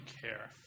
care